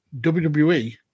WWE